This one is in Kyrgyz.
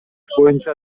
боюнча